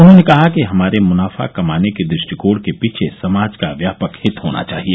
उन्होंने कहा कि हमारे मुनाफा कमाने के दृष्टिकोण के पीछे समाज का व्यापक हित होना चाहिए